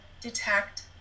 detect